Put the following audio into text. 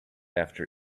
after